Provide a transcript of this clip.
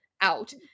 out